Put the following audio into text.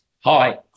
Hi